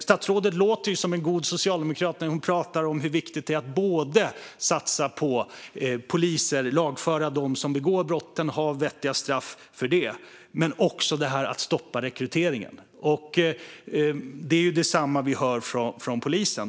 Statsrådet låter som en god socialdemokrat när hon pratar om hur viktigt det är att satsa både på poliser, lagföring av dem som begår brotten och vettiga straff och på att stoppa rekryteringen. Det är samma sak som vi hör från polisen.